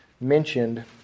mentioned